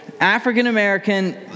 African-American